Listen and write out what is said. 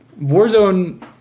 Warzone